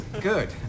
good